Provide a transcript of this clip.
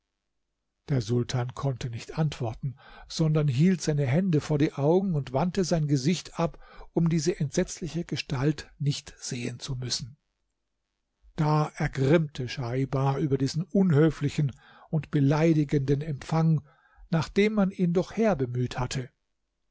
der sultan konnte nicht antworten sondern hielt seine hände vor die augen und wandte sein gesicht ab um diese entsetzliche gestalt nicht sehen zu müssen da ergrimmte schaibar über diesen unhöflichen und beleidigenden empfang nachdem man ihn doch herbemüht hatte